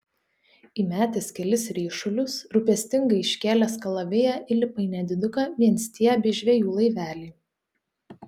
įmetęs kelis ryšulius rūpestingai iškėlęs kalaviją įlipa į nediduką vienstiebį žvejų laivelį